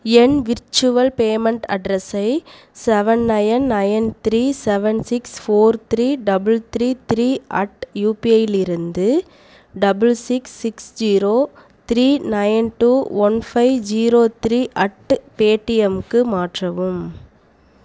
என் virtual payment அட்ரஸை seven nine nine three seven six four three double three three at யுபிஐலிருந்து double six six zero three nine two one five zero three at பேடிஎம்க்கு மாற்றவும்